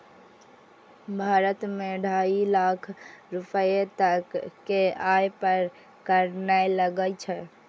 भारत मे ढाइ लाख रुपैया तक के आय पर कर नै लागै छै